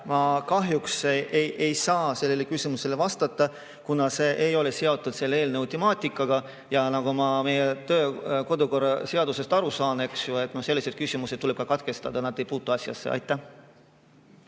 Ma kahjuks ei saa sellele küsimusele vastata, kuna see ei ole seotud selle eelnõu temaatikaga. Nagu ma meie kodu- ja töökorra seadusest aru saan, sellised küsimused tuleb katkestada. Need ei puutu asjasse. Aitäh!